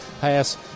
pass